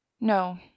No